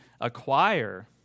acquire